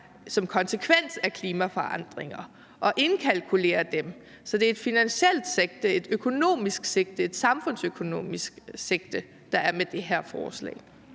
som en konsekvens af klimaforandringerne, og indkalkulere dem. Så det er et finansielt sigte, et økonomisk sigte, et samfundsøkonomisk sigte, der er med det her forslag.